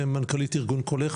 מנכ"לית ארגון קולך,